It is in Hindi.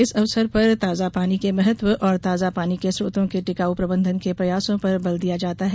इस अवसर पर ताजा पानी के महत्व और ताजा पानी के स्रोतों के टिकाऊ प्रबंधन के प्रयासों पर बल दिया जाता है